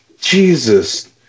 Jesus